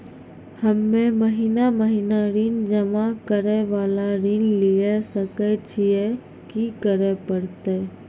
हम्मे महीना महीना ऋण जमा करे वाला ऋण लिये सकय छियै, की करे परतै?